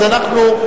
אז אנחנו,